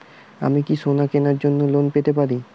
আমি কি সোনা কেনার জন্য লোন পেতে পারি?